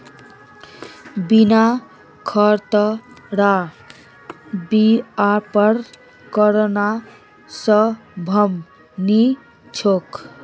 बिना खतरार व्यापार करना संभव नी छोक